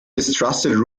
distrusted